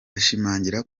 ashimangira